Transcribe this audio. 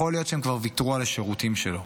יכול להיות שהם כבר ויתרו על השירותים שלו.